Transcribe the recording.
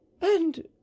And